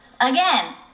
again